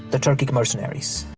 the turkic mercenaries.